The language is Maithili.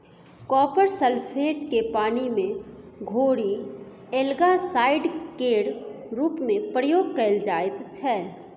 कॉपर सल्फेट केँ पानि मे घोरि एल्गासाइड केर रुप मे प्रयोग कएल जाइत छै